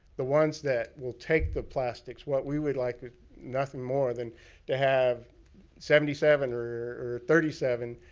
the ones that will take the plastics. what we would like nothing more than to have seventy seven or or thirty seven